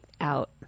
out